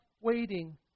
waiting